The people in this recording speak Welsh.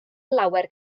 lawer